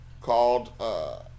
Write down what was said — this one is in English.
called